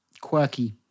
quirky